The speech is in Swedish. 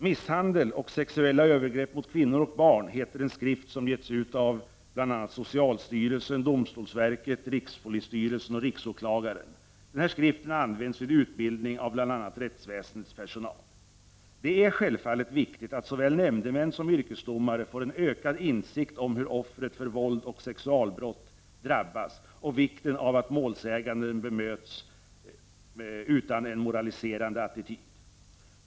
”Misshandel och sexuella övergrepp mot kvinnor och barn” heter en skrift som getts ut av socialstyrelsen, domstolsverket, rikspolisstyrelsen och riksåklagaren. Den skriften används vid utbildning av bl.a. rättsväsendets personal. Det är självfallet viktigt att såväl nämndemän som yrkesdomare får en ökad insikt om hur offer för våldoch sexualbrott drabbas och om vikten av att målsäganden bemöts utan en moraliserande attityd.